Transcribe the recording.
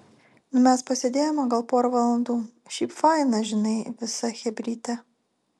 nu mes pasėdėjome gal pora valandų šiaip faina žinai visa chebrytė